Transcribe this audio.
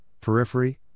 periphery